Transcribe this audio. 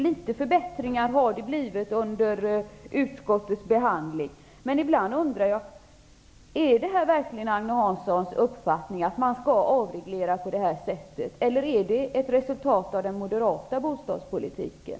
Vissa förbättringar har kommit fram under utskottsbehandlingen. Men är det verkligen Agne Hanssons uppfattning att avregleringen skall ske på detta sätt, eller är det ett resultat av den moderata bostadspolitiken?